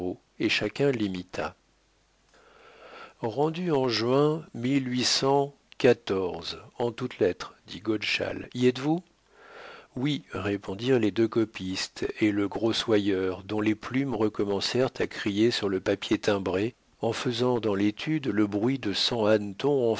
et chacun l'imita rendue en juin mil huit cent quatorze en toutes lettres dit godeschal y êtes-vous oui répondirent les deux copistes et le grossoyeur dont les plumes commencèrent à crier sur le papier timbré en faisant dans l'étude le bruit de cent hannetons